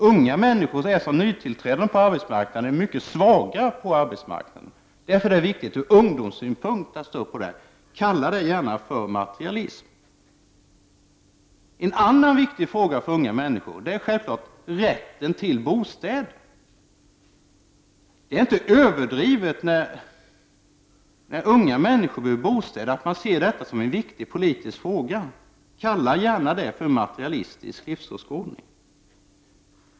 Unga människor är som nytillträdande på arbetsmarknaden mycket svaga. Därför är det viktigt från ungdomssynpunkt att ställa upp bakom de kraven. Kalla gärna det materialism. En annan viktig fråga för unga människor är självfallet rätten till bostäder. Det är inte överdrivet att se detta som en viktig politisk fråga eftersom unga människor behöver bostäder. Kalla gärna det för materialistisk livsåskådning.